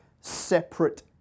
separate